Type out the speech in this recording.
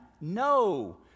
No